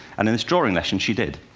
and in this drawing lesson, she did.